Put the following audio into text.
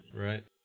Right